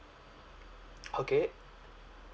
okay